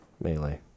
melee